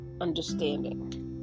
Understanding